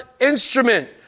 instrument